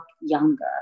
younger